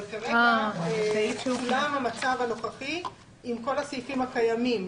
אבל כרגע כולם במצב הנוכחי עם כל הסעיפים הקיימים,